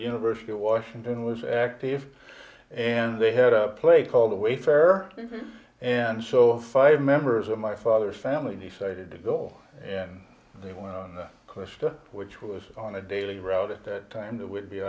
university of washington was active and they had a place called the wayfarer and so five members of my father's family decided to bill and they went on a quest which was on a daily route at that time that would be